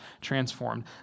transformed